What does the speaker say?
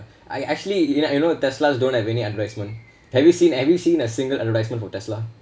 I actually you know you know tesla don't have any advertisement have you seen have you seen a single advertisement for tesla